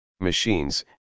machines